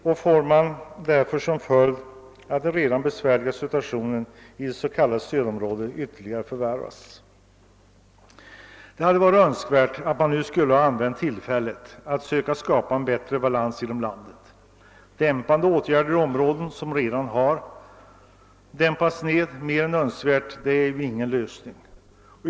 Man får därför som följd att den redan besvärliga situationen i det s.k. stödområdet ytterligare förvärras. Det hade varit önskvärt att man nu hade använt tillfället att skapa en bättre balans inom landet. Dämpande åtgärder i områden som redan har lågkonjunktur är ingen bra lösning.